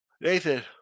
Nathan